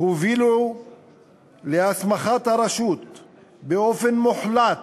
הובילו להסמכת הרשות באופן מוחלט